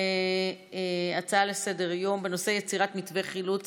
נעבור להצעות לסדר-היום בנושא: יצירת מתווה חילוץ